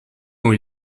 dont